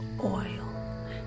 oil